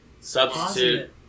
Substitute